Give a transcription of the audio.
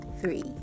three